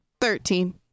Thirteen